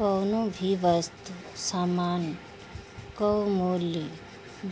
कवनो भी वस्तु सामान कअ मूल्य